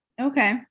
Okay